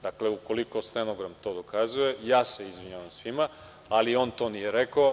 Dakle, ukoliko stenogram to dokazuje, ja se izvinjavam svima, ali on to nije rekao.